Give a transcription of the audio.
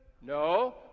No